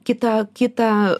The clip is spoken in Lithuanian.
kitą kitą